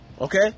Okay